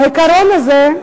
העיקרון הזה,